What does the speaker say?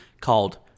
called